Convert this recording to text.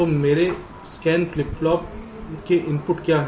तो मेरे scan flip flop के इनपुट क्या हैं